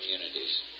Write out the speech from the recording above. communities